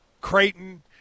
Creighton